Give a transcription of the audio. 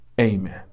Amen